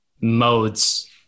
modes